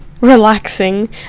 relaxing